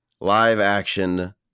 live-action